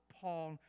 Paul